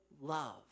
love